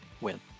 Win